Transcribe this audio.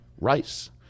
rice